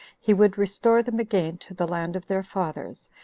he would restore them again to the land of their fathers,